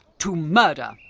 to murder!